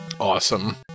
Awesome